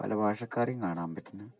പല ഭാഷക്കാരേയും കാണാൻ പറ്റുന്നു